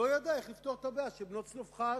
לא ידע איך לפתור את הבעיה של בנות צלפחד,